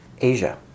Asia